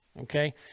Okay